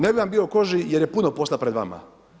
Ne bih vam bio u koži jer je puno posla pred vama.